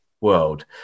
world